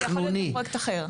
זה יכול להיות גם פרויקט אחר.